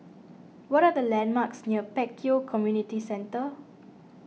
what are the landmarks near Pek Kio Community Centre